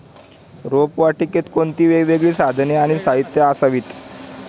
रोपवाटिकेत कोणती वेगवेगळी साधने आणि साहित्य असावीत?